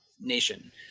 Nation